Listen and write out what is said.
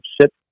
ship